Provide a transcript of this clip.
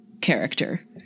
character